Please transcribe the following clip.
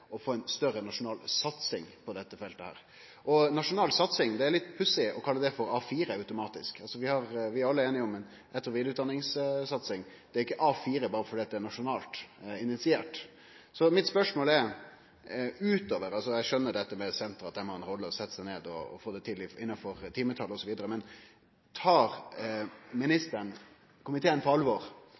å få ei større nasjonal satsing på dette feltet. Det er litt pussig å kalle «nasjonal satsing» A4 automatisk. Vi er alle einige om satsing på etter- og vidareutdanning. Det er ikkje A4 berre fordi det er nasjonalt initiert. Mitt spørsmål er, utover at eg skjøner dette med senteret, og at ein må setje seg ned og få det til innanfor timetal osv.: Tar ministeren komiteen på alvor